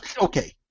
Okay